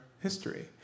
history